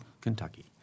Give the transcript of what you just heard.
Kentucky